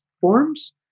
forms